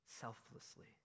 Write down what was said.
selflessly